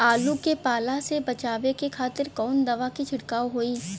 आलू के पाला से बचावे के खातिर कवन दवा के छिड़काव होई?